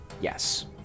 yes